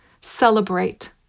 celebrate